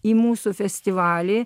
į mūsų festivalį